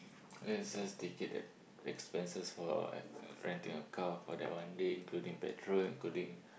let's just take it that expenses for uh renting a car for that one day including petrol including